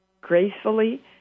gracefully